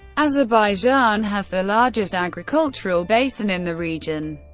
azerbaijan has the largest agricultural basin in the region.